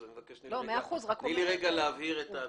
אני מבקש שתיתני לי רגע להבהיר את הנושא.